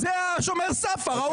אני ראש אגף המשמעת בנציבות שירות המדינה.